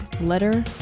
letter